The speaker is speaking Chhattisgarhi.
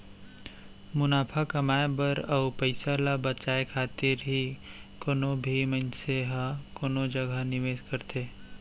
मुनाफा कमाए बर अउ पइसा ल बचाए खातिर ही कोनो भी मनसे ह कोनो जगा निवेस करथे